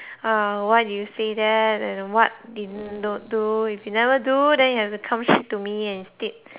uh why do you say that and what did you not do if you never do then you have to come straight to me and state